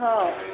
ହଉ